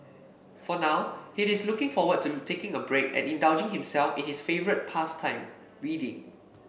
for now he is looking forward to taking a break and indulging himself in his favourite pastime reading